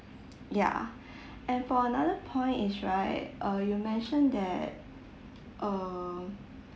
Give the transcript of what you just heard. ya and for another point is right uh you mentioned that err